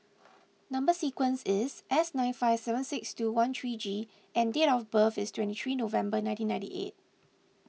Number Sequence is S nine five seven six two one three G and date of birth is twenty three November nineteen ninety eight